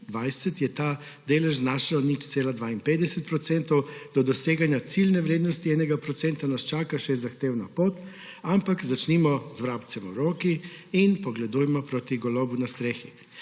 je ta delež znašal 0,52 procenta. Do doseganja ciljne vrednosti enega procenta nas čaka še zahtevna pot, ampak začnimo z vrabcem v roki in pogledujmo proti golobu na strehi.